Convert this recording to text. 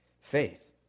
faith